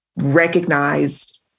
recognized